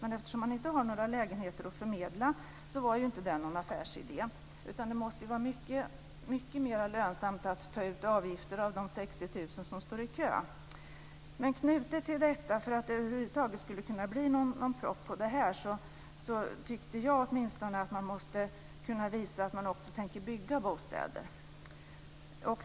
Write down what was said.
Men eftersom man inte har några lägenheter att förmedla var inte det någon affärsidé. Det måste ju vara mycket mer lönsamt att ta ut avgifter av de 60 000 personer som står i kö. Men för att det över huvud taget skulle kunna bli någon proposition på det här tyckte åtminstone jag att man måste kunna visa att man också tänker bygga bostäder.